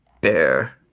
bear